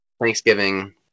Thanksgiving